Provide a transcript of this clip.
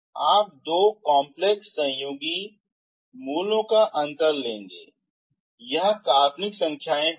आप दो जटिल संयुग्मी मूलों का अंतर लें यह काल्पनिक संख्याएं होंगी